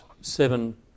seven